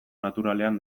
naturalean